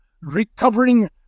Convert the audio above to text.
Recovering